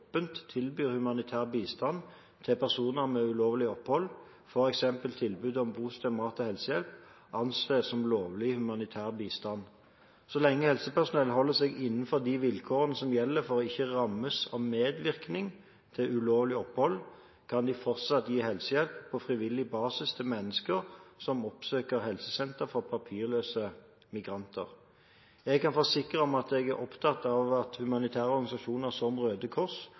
tilbyr til personer med ulovlig opphold, f.eks. tilbud om bosted, mat og helsehjelp, anses som lovlig humanitær bistand. Så lenge helsepersonell holder seg innenfor de vilkårene som gjelder for ikke å rammes av medvirkning til ulovlig opphold, kan de fortsatt gi helsehjelp på frivillig basis til mennesker som oppsøker helsesentre for papirløse migranter. Jeg kan forsikre om at jeg er opptatt av at humanitære organisasjoner, som Røde Kors